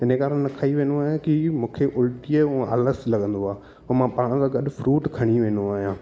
हिन कारण न खाई वेंदो आहियां की मूंखे उल्टीअ जो आलस लॻंदो आहे ऐं मां पाण या गॾु फ्रूट खणी वेंदो आहियां